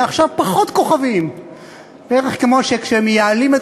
"מעכשיו פחות כוכבים"; בערך כמו שכשמייעלים את